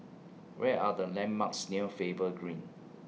Where Are The landmarks near Faber Green